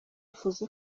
nifuza